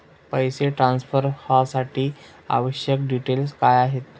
पैसे ट्रान्सफरसाठी आवश्यक डिटेल्स काय आहेत?